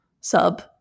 sub